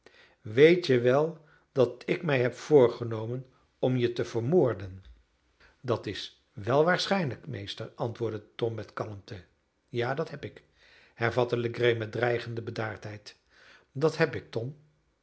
weet je wel dat ik mij heb voorgenomen om je te vermoorden dat is wel waarschijnlijk meester antwoordde tom met kalmte ja dat heb ik hervatte legree met dreigende bedaardheid dat heb ik tom